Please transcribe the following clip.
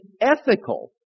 ethical